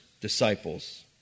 disciples